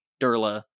Durla